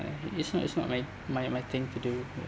it's not it's not my my my thing to do